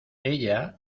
ella